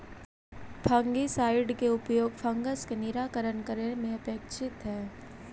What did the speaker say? fungicide के उपयोग fungus के निराकरण करे में अपेक्षित हई